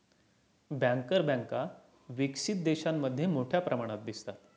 banker बँका विकसित देशांमध्ये मोठ्या प्रमाणात दिसतात